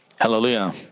Hallelujah